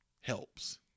helps